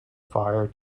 fire